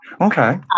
okay